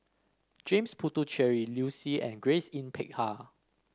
James Puthucheary Liu Si and Grace Yin Peck Ha